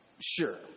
sure